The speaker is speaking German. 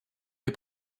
wir